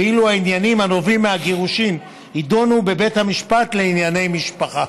ואילו העניינים הנובעים מהגירושים יידונו בבית המשפט לענייני משפחה.